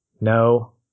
No